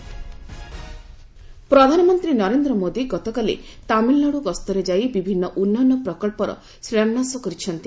PM Tamil Nadu ପ୍ରଧାନମନ୍ତ୍ରୀ ନରେନ୍ଦ୍ର ମୋଦି ଗତକାଲି ତାମିଲ୍ନାଡ଼ୁ ଗସ୍ତରେ ଯାଇ ବିଭିନ୍ନ ଉନ୍ନୟନ ପ୍ରକଳ୍ପର ଶିଳାନ୍ୟାସ କରିଛନ୍ତି